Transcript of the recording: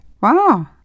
Wow